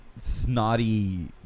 snotty